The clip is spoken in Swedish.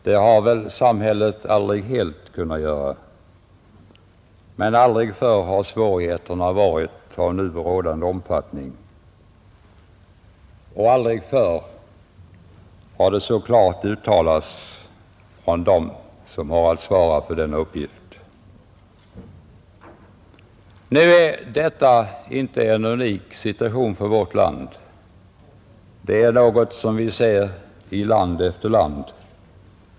Det har väl samhället aldrig helt kunnat göra, men svårigheterna har aldrig tidigare varit så stora som nu, och aldrig förr har heller detta så klart uttalats från dem som har att svara för rättssäkerheten. Denna situation är emellertid inte unik för vårt land, utan det är ett konstaterande som man nu gör i land efter land.